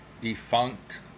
defunct